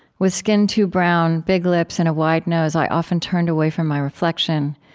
with skin too brown, big lips, and a wide nose, i often turned away from my reflection.